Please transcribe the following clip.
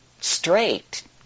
straight